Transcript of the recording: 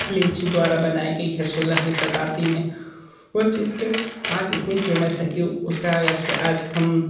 लिंची द्वारा बनाई गई है सोलहवी शताब्दी में वह चित्र आज इतनी फ़ेमस है कि उसका अगर से आज हम